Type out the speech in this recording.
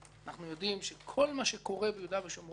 אנחנו יודעים שכל מה שקורה ביהודה ושומרון,